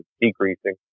decreasing